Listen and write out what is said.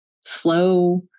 slow